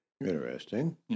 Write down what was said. Interesting